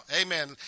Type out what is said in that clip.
Amen